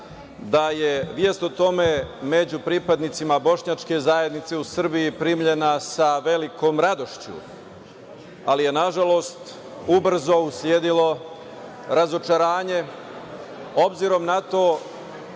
vest o tome među pripadnicima bošnjačke zajednice u Srbiji primljena je sa velikom radošću, ali je, nažalost, ubrzo usledilo razočaranje obzirom na to